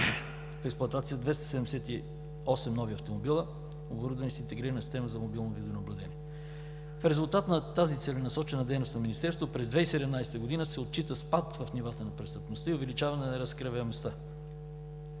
в експлоатация 278 нови автомобила, оборудвани с интегрирана система за мобилно видеонаблюдение. В резултат на тази целенасочена дейност на Министерството, през 2017 г. се отчита спад в нивата на престъпността и увеличаване на разкриваемостта.